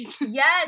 Yes